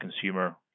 consumer